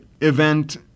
event